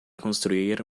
construir